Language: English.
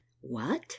What